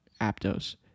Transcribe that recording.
Aptos